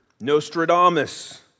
Nostradamus